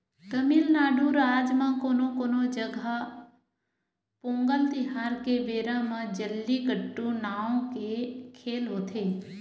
तमिलनाडू राज म कोनो कोनो जघा पोंगल तिहार के बेरा म जल्लीकट्टू नांव के खेल होथे